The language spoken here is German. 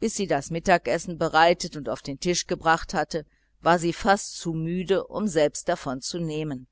bis sie das mittagessen bereitet und auf den tisch gebracht hatte war sie fast zu müde um selbst davon zu nehmen